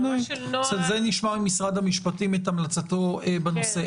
נשמע ממשרד המשפטים את המלצתו בנושא.